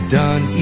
done